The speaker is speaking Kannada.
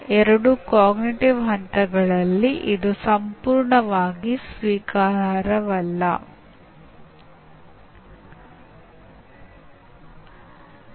ಈಗ ಕಲಿಕೆಯ ಸಿದ್ಧಾಂತಗಳ ಸಂಪೂರ್ಣ ಗುಂಪಿದೆ ಮತ್ತು ಇನ್ನೂ ಹೊಸ ಸಿದ್ಧಾಂತಗಳು ಪ್ರಚಲಿತದಲ್ಲಿವೆ